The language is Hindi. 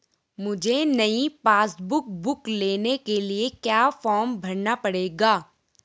मुझे नयी पासबुक बुक लेने के लिए क्या फार्म भरना पड़ेगा?